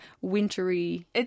wintry